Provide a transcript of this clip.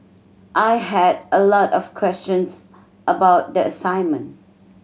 I had a lot of questions about the assignment